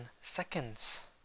seconds